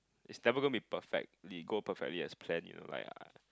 it's never gonna be perfectly go perfectly as planned you know like I